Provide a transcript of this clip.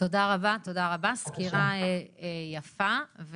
תודה רבה, סקירה יפה.